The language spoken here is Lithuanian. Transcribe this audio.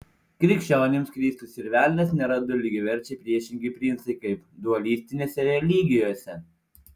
krikščionims kristus ir velnias nėra du lygiaverčiai priešingi princai kaip dualistinėse religijose